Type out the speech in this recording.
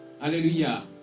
Hallelujah